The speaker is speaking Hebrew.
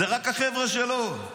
זה רק החבר'ה שלו,